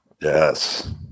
Yes